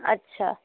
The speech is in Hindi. अच्छा